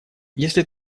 если